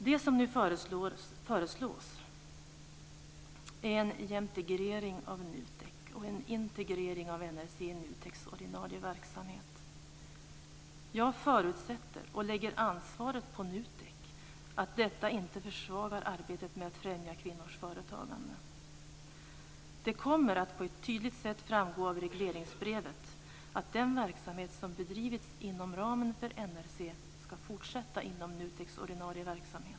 Det som föreslås är en "jämtegrering" av NUTEK och en integrering av NRC i NUTEK:s ordinarie verksamhet. Jag förutsätter och lägger ansvaret på NUTEK att detta inte försvagar arbetet med att främja kvinnors företagande. Det kommer att på ett tydligt sätt att framgå av regleringsbrevet att den verksamhet som bedrivits inom ramen för NRC ska fortsätta inom NUTEK:s ordinarie verksamhet.